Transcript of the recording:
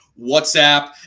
WhatsApp